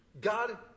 God